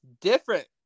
different